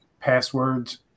passwords